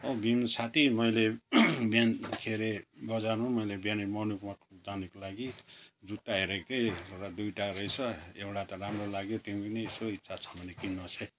भीम साथी मैले बिहान के अरे बजारमा मैले बिहानै मर्निङ वाक जानको लागि जुत्ता हेरेको थिएँ र दुईवटा रहेछ एउटा त राम्रो लाग्यो तिमी पनि यसो इच्छा छ भने किन्नुहोस् है